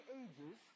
ages